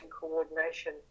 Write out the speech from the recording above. Coordination